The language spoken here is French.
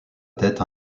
tête